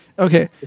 Okay